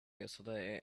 yesterday